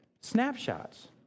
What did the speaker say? snapshots